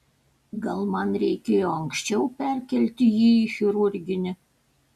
gal man reikėjo anksčiau perkelti jį į chirurginį